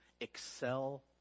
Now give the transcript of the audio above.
excel